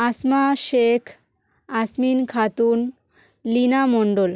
Asma Sheikh Asmin Khatun Leena Mondal